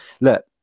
look